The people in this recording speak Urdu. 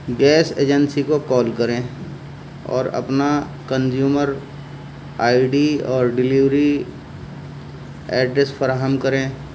گیس ایجنسی کو کال کریں اور اپنا کنزیومر آئی ڈی اور ڈیلیوری ایڈریس فراہم کریں